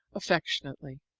affectionately,